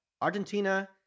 Argentina